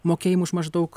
mokėjimų už maždaug